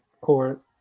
court